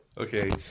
Okay